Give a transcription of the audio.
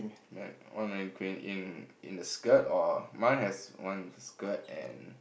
one in green in the skirt or mine have one skirt and